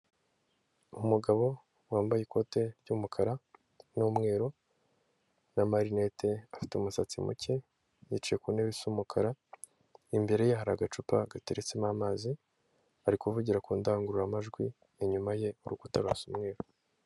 Umugabo wambaye ikote ry'umukara n'umweru, n'amarinete afite umusatsi muke, yicaye ku ntebe z'umukara, imbere ye hari agacupa gateretsemo amazi, ari kuvugira ku ndangurura majwi inyuma ye urukuta rurasa umweru.